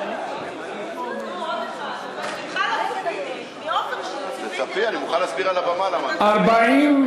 ההצעה להעביר את הצעת חוק המועצה להשכלה גבוהה (תיקון,